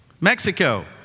Mexico